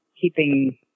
keeping